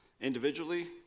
individually